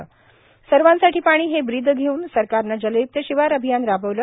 सर्वांसाठी पाणी हे ब्रीद घेऊन सरकारन जलय्क्त शिवार अभियान राबविले